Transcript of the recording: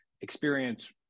experience